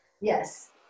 Yes